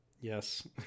Yes